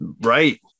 Right